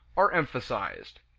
are emphasized.